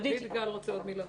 דויד גל מבקש לומר עוד מילה.